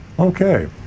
Okay